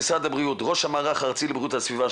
ראש המערך הארצי לבריאות הסביבה במשרד הבריאות,